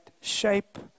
shape